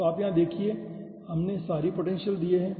तो आप यहां देखिए हमने सारी पोटेंशियल दिए हैं